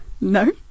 No